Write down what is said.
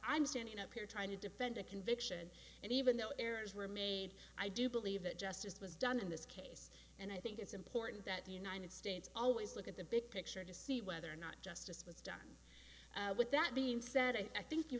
i'm standing up here trying to defend a conviction and even though errors were made i do believe that justice was done in this case and i think it's important that the united states always look at the big picture to see whether or not justice was done with that being said i think you